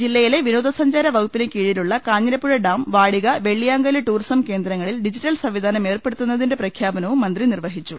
ജില്ലയിലെ വിനോദസഞ്ചാര വകുപ്പിന് കീഴിലെ കാഞ്ഞിരപ്പുഴ ഡാം വാടിക വെള്ളിയാങ്കല്ല് ടൂറിസം കേന്ദ്രങ്ങളിൽ ഡിജിറ്റൽ സംവിധാനം ഏർപ്പെടുത്തുന്നതിന്റെ പ്രഖ്യാപനവും മന്ത്രി നിർവഹിച്ചു